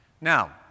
Now